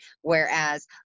Whereas